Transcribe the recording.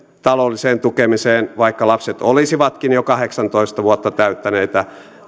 taloudelliseen tukemiseen vaikka lapset olisivatkin jo kahdeksantoista vuotta täyttäneitä